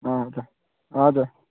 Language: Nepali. हजुर हजुर